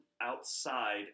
outside